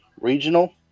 regional